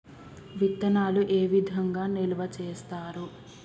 విత్తనాలు ఏ విధంగా నిల్వ చేస్తారు?